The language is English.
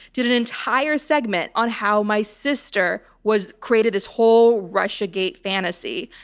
did an entire segment on how my sister was, created this whole russiagate fantasy.